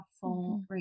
full